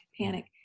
panic